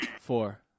four